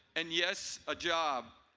and yes, a job.